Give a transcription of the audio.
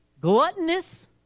gluttonous